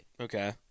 Okay